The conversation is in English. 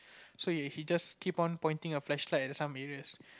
so ya if he just keep on pointing your flashlight at some areas